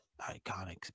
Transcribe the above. iconic